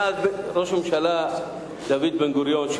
מאז ראש הממשלה דוד בן-גוריון,